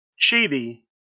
Chibi